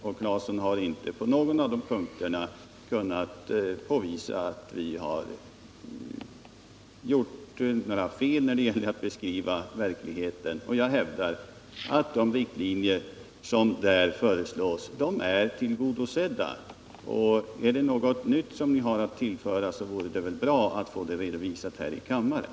Tore Claeson har inte på någon av de punkterna kunnat påvisa att vi har gjort några fel när vi har beskrivit verkligheten. Jag hävdar att de riktlinjer som föreslås i vpk-motionen är tillgodosedda. Ärdet något nytt som ni har att anföra vore det väl bra att få det redovisat här i kammaren.